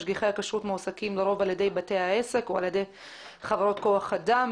משגיחי הכשרות מועסקים לרוב על ידי בתי העסק או על ידי חברות כוח אדם.